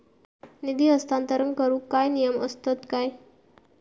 निधी हस्तांतरण करूक काय नियम असतत काय?